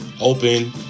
open